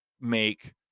make